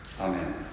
Amen